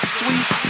sweet